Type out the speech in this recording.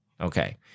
Okay